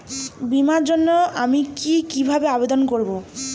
বিমার জন্য আমি কি কিভাবে আবেদন করব?